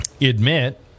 admit